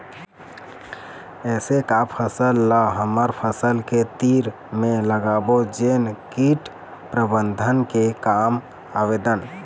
ऐसे का फसल ला हमर फसल के तीर मे लगाबो जोन कीट प्रबंधन के काम आवेदन?